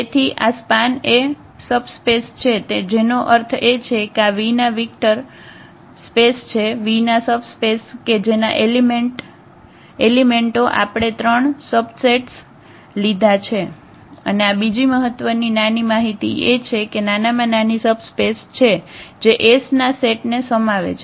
તેથી આ સ્પાન એ સબસ્પેસ છે જેનો અર્થ એ છે કે આ V ના વેક્ટર સ્પેસ છે V ના સબસ્પેસ કે જેના એલિમેન્ટો આપણે ત્રણ સબસેટ્સ લીધા છે અને આ બીજી મહત્વની નાની માહિતી છે કે આ નાનામાં નાની સબસ્પેસ છે જે S ના સેટ ને સમાવે છે